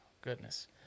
goodness